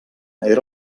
era